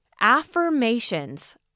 affirmations